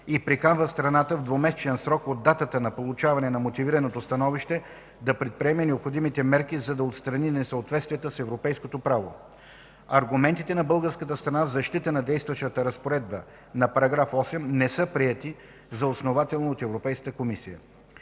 и приканва страната в двумесечен срок от датата на получаване на мотивираното становище да предприеме необходимите мерки, за да отстрани несъответствията с европейското право. Аргументите на българската страна в защита на действащата разпоредба на § 8 не са приети за основателни от Европейската комисия.